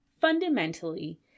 Fundamentally